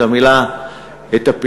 את המילה "טפילים",